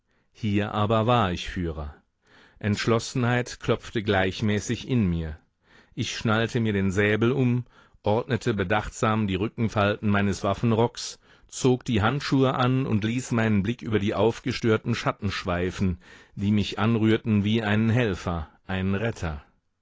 hier aber war ich führer entschlossenheit klopfte gleichmäßig in mir ich schnallte mir den säbel um ordnete bedachtsam die rückenfalten meines waffenrocks zog die handschuhe an und ließ meinen blick über die aufgestörten schatten schweifen die mich anrührten wie einen helfer einen retter